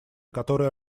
которые